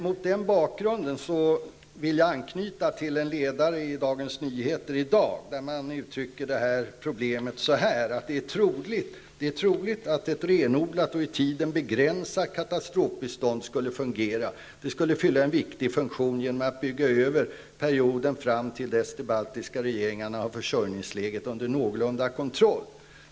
Mot den bakgrunden vill jag anknyta till vad som står i en ledarartikel i Svenska Dagbladet i dag: ''Däremot är det troligt att ett renodlat och i tiden begränsat katastrofbistånd skulle fungera. Det skulle fylla en viktig funktion genom att brygga över perioden fram tills dess de baltiska regeringarna har försörjningsläget under någorlunda kontroll.